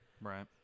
Right